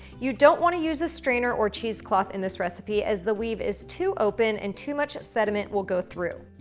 you don't wanna use a strainer or cheese cloth in this recipe, as the weave is too open and too much sediment will go through.